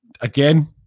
Again